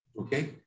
Okay